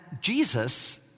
Jesus